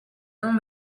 long